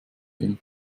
ihn